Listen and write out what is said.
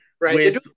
Right